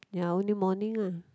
ya only morning ah